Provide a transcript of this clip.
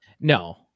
No